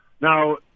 now